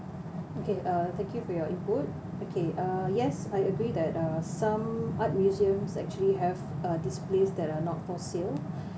okay uh thank you for your input okay uh yes I agree that uh some art museums actually have uh displays that are not for sale